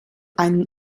einen